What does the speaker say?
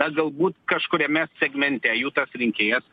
na galbūt kažkuriame segmente jų tas rinkėjas